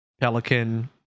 Pelican